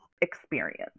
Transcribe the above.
experience